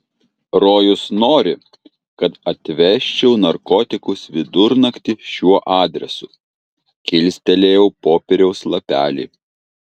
rojus nori kad atvežčiau narkotikus vidurnaktį šiuo adresu kilstelėjau popieriaus lapelį